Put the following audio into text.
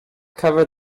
cover